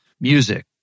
music